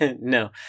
No